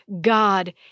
God